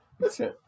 Listen